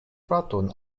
fraton